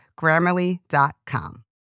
Grammarly.com